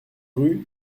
rue